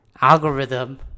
algorithm